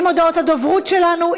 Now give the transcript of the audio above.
עם הודעות הדוברות שלנו,